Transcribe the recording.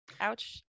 Ouch